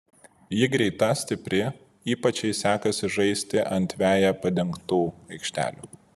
ji greita stipri ypač jai sekasi žaisti ant veja padengtų aikštelių